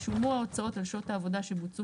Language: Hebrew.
ישולמו ההוצאות על שעות העבודה שבוצעו